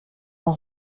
m’en